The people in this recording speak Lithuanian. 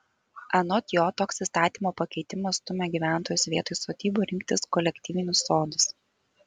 anot jo toks įstatymo pakeitimas stumia gyventojus vietoj sodybų rinktis kolektyvinius sodus